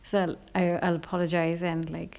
so I I'll apologize and like